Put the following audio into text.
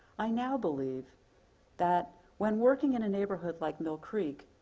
i now believe that when working in a neighborhood like mill creek,